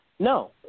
No